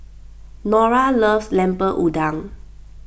Norah loves Lemper Udang